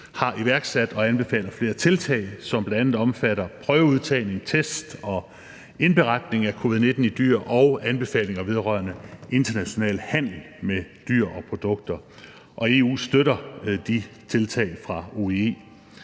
har iværksat og anbefalet flere tiltag, som bl.a. omfatter prøveudtagning, test og indberetning af covid-19 i dyr og anbefalinger vedrørende international handel med dyr og produkter. Og EU støtter de tiltag fra OIE.